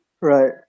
Right